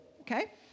Okay